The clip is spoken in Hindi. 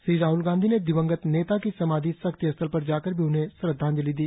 श्री राहल गांधी ने दिवंगत नेता की समाधि शक्ति स्थल पर जाकर भी उन्हें श्रद्वांजलि दी